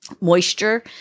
Moisture